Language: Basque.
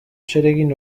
zeregin